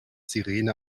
sirene